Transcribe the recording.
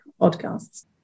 podcasts